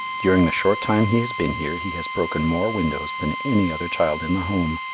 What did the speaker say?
during the short time he has been here he has broken more windows than any other child in the home.